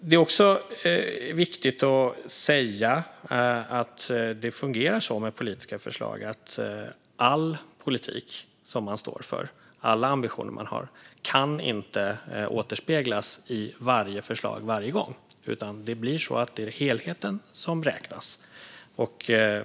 Det är också viktigt att säga att det fungerar så med politiska förslag att all politik som man står för och alla ambitioner man har inte kan återspeglas i varje förslag varje gång. Det blir helheten som räknas.